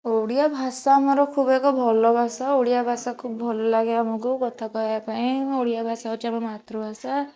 ଓଡ଼ିଆ ଭାଷା ଆମର ଖୁବ ଏକ ଭଲ ଭାଷା ଓଡ଼ିଆ ଭାଷା ଖୁବ ଭଲ ଲାଗେ ଆମକୁ କଥା କହିବା ପାଇଁ ଆମ ଓଡ଼ିଆ ଭାଷା ହଉଛି ଆମର ମାତୃଭାଷା